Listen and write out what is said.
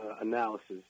analysis